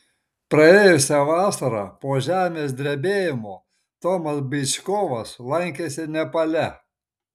praėjusią vasarą po žemės drebėjimo tomas byčkovas lankėsi nepale